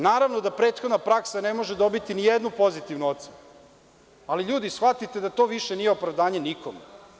Naravno da prethodna praksa ne može dobiti ni jednu pozitivnu ocenu, ali ljudi shvatite da to više nije opravdanje nikome.